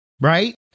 right